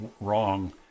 wrong